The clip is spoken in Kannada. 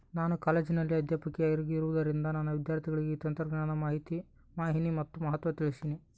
ನಾನು ಕಾಲೇಜಿನಲ್ಲಿ ಅಧ್ಯಾಪಕಿಯಾಗಿರುವುದರಿಂದ ನನ್ನ ವಿದ್ಯಾರ್ಥಿಗಳಿಗೆ ಈ ತಂತ್ರಜ್ಞಾನದ ಮಾಹಿನಿ ಮತ್ತು ಮಹತ್ವ ತಿಳ್ಸೀನಿ